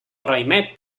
raïmet